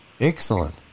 Excellent